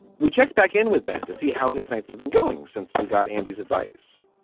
we checked back in with ben to see how his nights have been going since we got andy's advice.